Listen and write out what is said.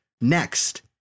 next